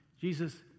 Jesus